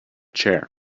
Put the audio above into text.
chair